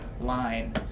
line